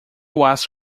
was